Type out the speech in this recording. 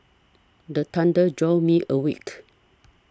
the thunder jolt me awake